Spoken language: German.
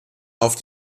auf